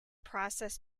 process